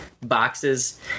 boxes